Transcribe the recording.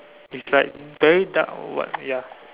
it's like very dark what ya